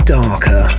darker